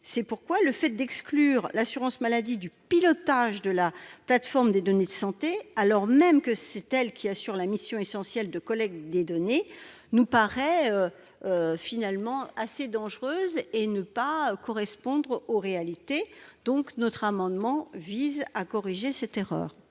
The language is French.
C'est pourquoi exclure l'assurance maladie du pilotage de la plateforme des données de santé, alors même que c'est elle qui assure la mission, essentielle, de collecte des données, nous paraît assez dangereux et déconnecté des réalités. Notre amendement vise à corriger cette erreur.